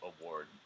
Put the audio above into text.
Award